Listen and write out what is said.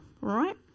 right